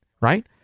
right